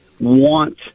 want